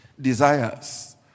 desires